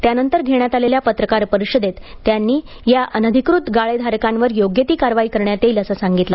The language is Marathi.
त्यानंतर घेण्यात आलेल्या पत्रकार परिषदेत त्यांनी या अनधिकृत गाळे धारकांवर योग्य ती कारवाई करण्यात येईल असं सांगितलं